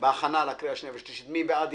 מי בעד?